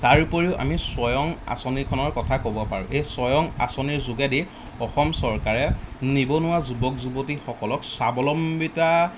তাৰ উপৰিও আমি স্বয়ং আঁচনিখনৰ কথা ক'ব পাৰোঁ এই স্বয়ং আঁচনিৰ যোগেদি অসম চৰকাৰে নিবনুৱা যুৱক যুৱতীসকলক স্বাৱলম্বিতা